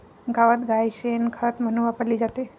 गावात गाय शेण खत म्हणून वापरली जाते